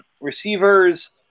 receivers